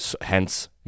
Hence